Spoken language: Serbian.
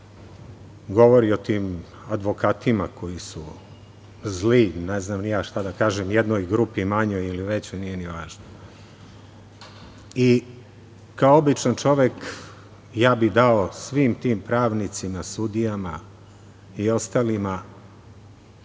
se govori o tim advokatima koji su zli, ne znam ni ja šta da kažem, u jednoj grupi manjoj ili većoj. Nije ni važno. Kao običan čovek, dao bih svim tim pravnicima, sudijama i ostalima